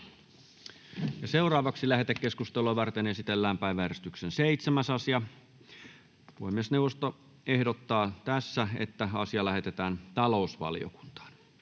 Content: Lähetekeskustelua varten esitellään päiväjärjestyksen 9. asia. Puhemiesneuvosto ehdottaa, että asia lähetetään sivistysvaliokuntaan.